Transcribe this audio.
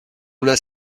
una